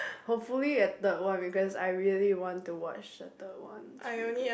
hopefully they have third one because I really want to watch the third one it's really good